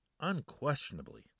unquestionably